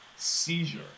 seizure